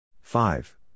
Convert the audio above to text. Five